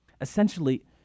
Essentially